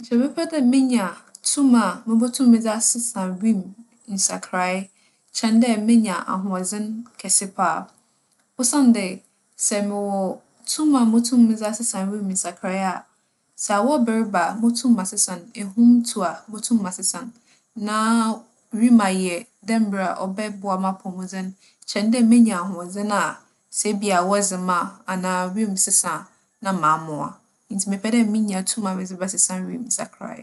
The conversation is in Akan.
Nkyɛ mebɛpɛ dɛ menya tum a mubotum medze asesa wimu nsakrae kyɛn dɛ menya ahoͻdzen kɛse paa. Osiandɛ, sɛ mowͻ tum a motum medze asesa wimu nsakrae a, sɛ awͻwber ba a, motum masesa no, ehum tu a motum masesa no. Na wimu ayɛ dɛ mbrɛ ͻbͻboa m'apͻwmudzen kyɛn dɛ menya ahoͻdzen a sɛ bi a, awͻw dze me a anaa wimu sesa a na mamoa. Ntsi mepɛ dɛ minya tum a medze bɛsesa wimu nsakrae.